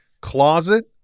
closet